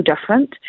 different